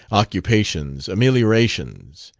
occupations, ameliorations.